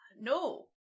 no